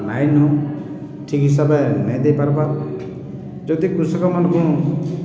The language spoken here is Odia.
ନାଇଁନ ଠିକ୍ ହିସାବରେ ନାଇଁ ଦେଇପାର୍ବାର୍ ଯଦି କୃଷକମାନ୍କୁ